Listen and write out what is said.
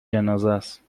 جنازهست